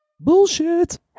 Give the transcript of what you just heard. Bullshit